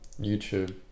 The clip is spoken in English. YouTube